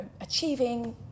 achieving